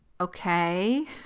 okay